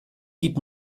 gib